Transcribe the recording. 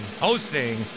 hosting